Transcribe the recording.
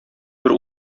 бер